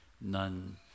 none